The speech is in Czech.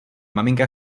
maminka